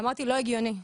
אמרתי שזה לא הגיוני.